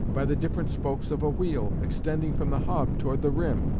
by the different spokes of a wheel, extending from the hub toward the rim,